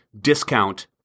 discount